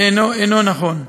אינו נכון.